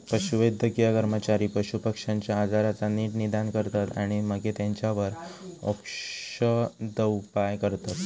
पशुवैद्यकीय कर्मचारी पशुपक्ष्यांच्या आजाराचा नीट निदान करतत आणि मगे तेंच्यावर औषदउपाय करतत